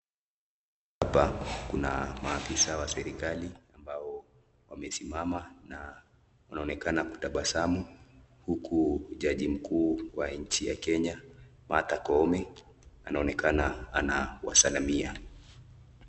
Hapa kuna maafisa wa serekali ambao wamesimama na wanaonekana kutabasamu huku jaji mkuu wa kenya Martha koome anaonekana anawasalamia.